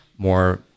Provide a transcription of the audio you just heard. more